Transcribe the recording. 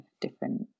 different